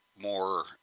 more